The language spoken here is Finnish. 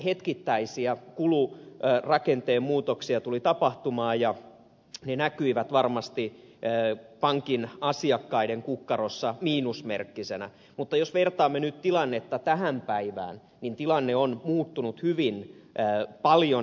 hetkittäisiä kulurakenteen muutoksia tuli tapahtumaan ja ne näkyivät varmasti pankin asiakkaiden kukkarossa miinusmerkkisinä mutta jos vertaamme nyt tilannetta tähän päivään niin tilanne on muuttunut hyvin paljon